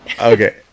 okay